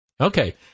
Okay